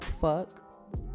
Fuck